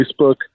Facebook